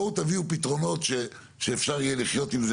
בואו תביאו פתרונות, שאפשר יהיה לחיות איתם,